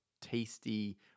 tasty